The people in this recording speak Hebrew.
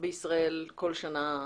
כל שנה?